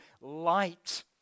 light